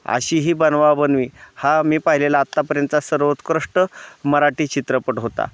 अशी ही बनवाबनवी हा मी पाहिलेला आतापर्यंत सर्वोत्कृष्ट मराठी चित्रपट होता